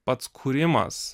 pats kūrimas